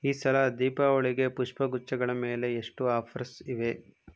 ಈ ಸಲ ದೀಪಾವಳಿಗೆ ಪುಷ್ಪಗುಚ್ಛಗಳ ಮೇಲೆ ಎಷ್ಟು ಆಫರ್ಸ್ ಇವೆ